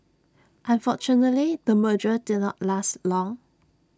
unfortunately the merger did not last long